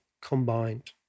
combined